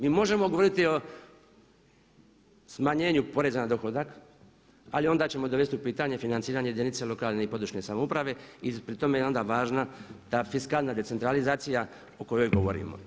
Mi možemo govoriti o smanjenju poreza na dohodak ali onda ćemo dovesti u pitanje financiranje jedinica lokalne i područne samouprave i pri tome je onda važna ta fiskalna decentralizacija o kojoj govorimo.